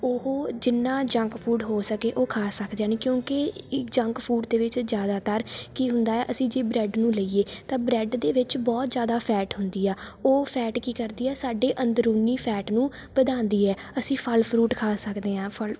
ਉਹ ਜਿੰਨਾਂ junk food ਹੋ ਸਕੇ ਉਹ ਖਾ ਸਕਦੇ ਹਨ ਕਿਉਂਕਿ ਜੰਕ ਫੂਡ ਦੇ ਵਿੱਚ ਜ਼ਿਆਦਾਤਰ ਕੀ ਹੁੰਦਾ ਹੈ ਅਸੀਂ ਜੇ ਬ੍ਰੈੱਡ ਨੂੰ ਲਈਏ ਤਾਂ ਬ੍ਰੈੱਡ ਦੇ ਵਿੱਚ ਬਹੁਤ ਜ਼ਿਆਦਾ ਫੈਟ ਹੁੰਦੀ ਆ ਉਹ ਫੈਟ ਕੀ ਕਰਦੀ ਆ ਸਾਡੇ ਅੰਦਰੂਨੀ ਫੈਟ ਨੂੰ ਵਧਾਉਂਦੀ ਹੈ ਅਸੀਂ ਫ਼ਲ ਫਰੂਟ ਖਾ ਸਕਦੇ ਹਾਂ ਫ਼ਲ